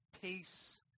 peace